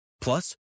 Plus